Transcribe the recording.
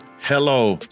Hello